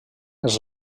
els